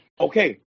okay